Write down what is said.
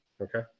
okay